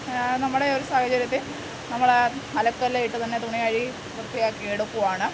നമ്മുടെ ഒരു സാഹചര്യത്തിൽ നമ്മൾ അലക്കുകല്ലിൽ ഇട്ട് തന്നെ തുണി കഴുകി വൃത്തിയാക്കി എടുക്കുവാണ്